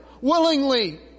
willingly